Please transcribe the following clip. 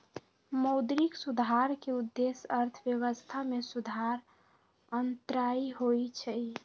मौद्रिक सुधार के उद्देश्य अर्थव्यवस्था में सुधार आनन्नाइ होइ छइ